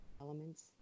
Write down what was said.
elements